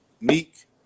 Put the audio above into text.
Meek